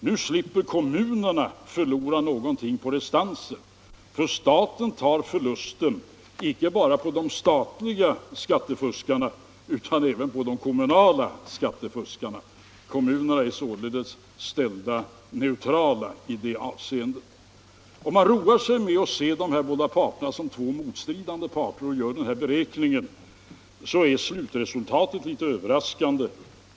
Nu slipper kommunerna förlora något på restantierna, för staten tar förlusten inte bara på de statliga skattefuskarna utan även på de kommunala skattefuskarna. Kommunerna är således ställda neutrala i det avseendet. Om man roar sig med att se de här båda parterna som två motstridande parter och gör denna beräkning blir slutresultatet litet överraskande.